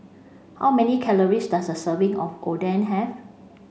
how many calories does a serving of Oden have